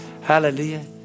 Hallelujah